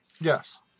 Yes